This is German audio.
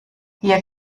hier